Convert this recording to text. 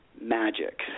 magic